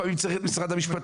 לפעמים צריך את משרד המשפטים,